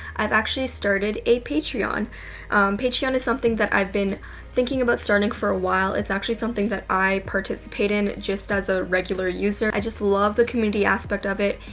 i've actually started a patron. patron and is something that i've been thinking about starting for a while, its actually something that i participate in, just as a regular user, i just love the community aspect of it.